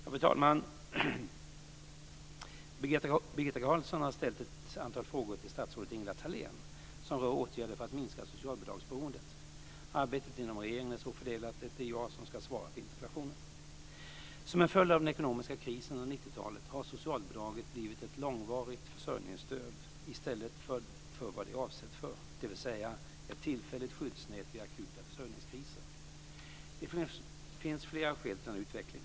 Fru talman! Birgitta Carlsson har ställt ett antal frågor till statsrådet Ingela Thalén som rör åtgärder för att minska socialbidragsberoendet. Arbetet inom regeringen är så fördelat att det är jag som ska svara på interpellationen. Som en följd av den ekonomiska krisen under 90 talet har socialbidraget blivit ett långvarigt försörjningsstöd i stället för vad det är avsett för, dvs. ett tillfälligt skyddsnät vid akuta försörjningskriser. Det finns flera skäl till denna utveckling.